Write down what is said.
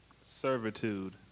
Servitude